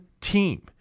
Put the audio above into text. team